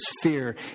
fear